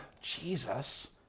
Jesus